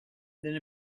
then